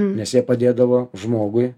nes jie padėdavo žmogui